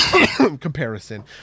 comparison